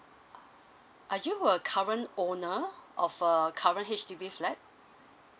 are you a current owner of a current H_D_B flat